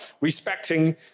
respecting